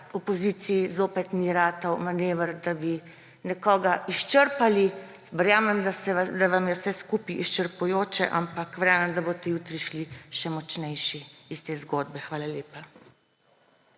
opoziciji zopet ni uspel manever, da bi nekoga izčrpali. Verjamem, da vam je vse skupaj izčrpavajoče, ampak verjamem, da boste jutri šli še močnejši iz te zgodbe. Hvala lepa.